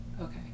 Okay